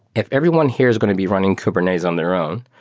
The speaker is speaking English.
if everyone here is going to be running kubernetes on their own,